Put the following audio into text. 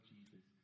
Jesus